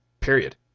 period